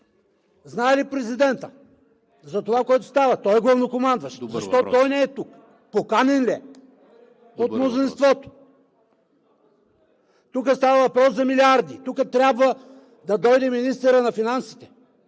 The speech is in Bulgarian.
знае ли президентът за това, което става – той е главнокомандващ? Защо той не е тук? Поканен ли е от мнозинството? Тук става въпрос за милиарди – трябва да дойде министърът на финансите,